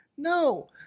No